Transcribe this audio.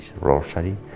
rosary